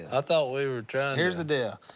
ah thought we we to here's the deal.